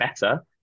better